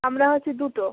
আমরা হচ্ছে দুটো